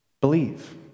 Believe